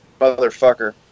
motherfucker